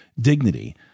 dignity